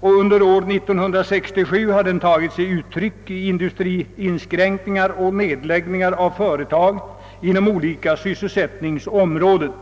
och under år 1967 har detta lett till inskränkningar och nedläggningar av företag inom olika sysselsättningsområden.